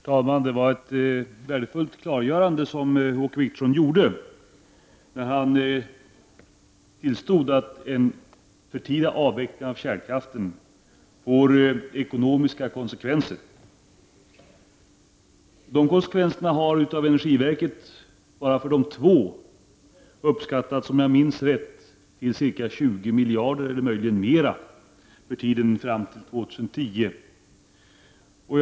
Herr talman! Det var ett värdefullt klargörande som Åke Wictorsson gjorde när han tillstod att en förtida avveckling av kärnkraften får ekonomiska konsekvenser. De konsekvenserna har av energiverket bara för två reaktorer och för tiden fram till år 2010 uppskattats till, om jag minns rätt, 20 miljarder kronor eller mer.